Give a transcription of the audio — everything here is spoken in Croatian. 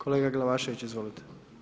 Kolega Glavašević, izvolite.